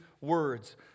words